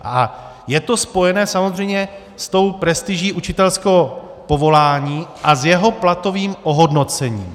A je to spojené samozřejmě s prestiží učitelského povolání a s jeho platovým ohodnocením.